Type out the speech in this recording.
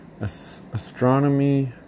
astronomy